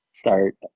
start